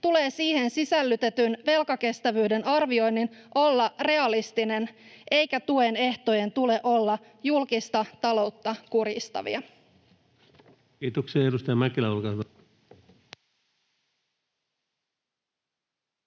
tulee siihen sisällytetyn velkakestävyyden arvioinnin olla realistinen eikä tuen ehtojen tule olla julkista taloutta kurjistavia. [Speech 247] Speaker: